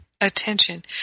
attention